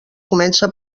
comence